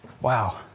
Wow